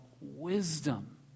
wisdom